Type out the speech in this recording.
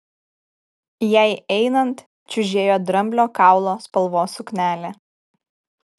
jai einant čiužėjo dramblio kaulo spalvos suknelė